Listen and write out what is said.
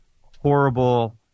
horrible